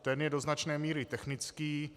Ten je do značné míry technický.